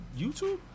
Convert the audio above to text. YouTube